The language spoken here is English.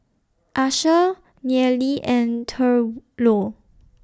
Asher Nealie and Thurlow